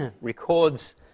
Records